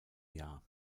jahr